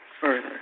further